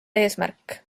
eesmärk